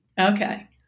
Okay